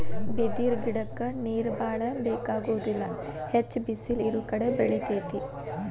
ಬಿದಿರ ಗಿಡಕ್ಕ ನೇರ ಬಾಳ ಬೆಕಾಗುದಿಲ್ಲಾ ಹೆಚ್ಚ ಬಿಸಲ ಇರುಕಡೆ ಬೆಳಿತೆತಿ